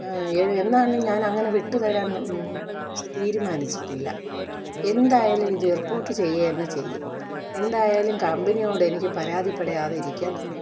എന്നാലും ഞാൻ അങ്ങനെ വിട്ടു തരാൻ തീരുമാനിച്ചിട്ടില്ല എന്തായാലും ഇതു റിപ്പോർട്ട് ചെയ്യുക തന്നെ ചെയ്യും എന്തായാലും കമ്പനിയോടെനിക്ക് പരാതിപ്പെടാതിരിക്കാൻ